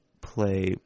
play